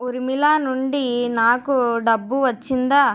ఊర్మిళ నుండి నాకు డబ్బు వచ్చిందా